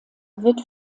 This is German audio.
wird